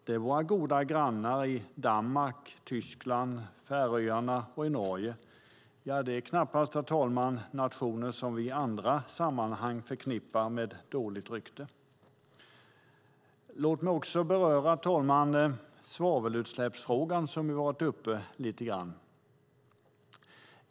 Det är våra goda grannar i Danmark, Tyskland, Färöarna och Norge. Det är knappast nationer som vi i andra sammanhang förknippar med dåligt rykte. Herr talman! Låt mig också beröra frågan om svavelutsläpp som har tagits upp lite grann.